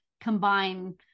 combine